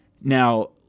Now